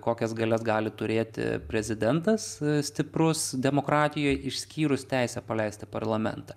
kokias galias gali turėti prezidentas stiprus demokratijoj išskyrus teisę paleisti parlamentą